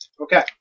Okay